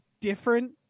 different